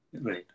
Right